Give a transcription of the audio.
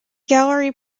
gallery